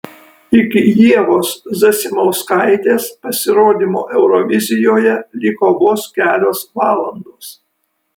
iki ievos zasimauskaitės pasirodymo eurovizijoje liko vos kelios valandos